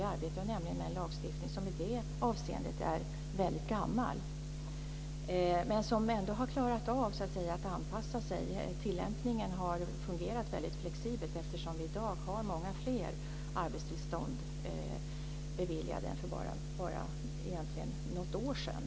Vi arbetar med en lagstiftning som i det avseendet är väldigt gammal, men som ändå har blivit anpassad. Tillämpningen har fungerat väldigt flexibelt, eftersom vi i dag har beviljat många fler arbetstillstånd än för bara något år sedan.